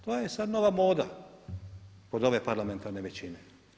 To je sad nova moda kod ove parlamentarne većine.